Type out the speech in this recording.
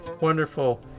Wonderful